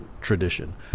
tradition